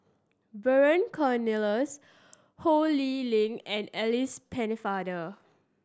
Vernon Cornelius Ho Lee Ling and Alice Pennefather